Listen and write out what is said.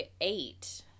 eight